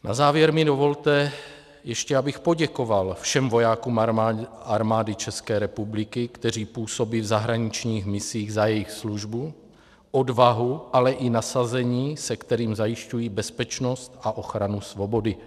Na závěr mi dovolte ještě, abych poděkoval všem vojákům Armády České republiky, kteří působí v zahraničních misích, za jejich službu, odvahu, ale i nasazení, se kterým zajišťují bezpečnost a ochranu svobody.